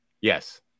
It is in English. Yes